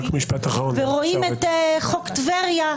ורואים את חוק טבריה,